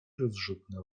rozrzutne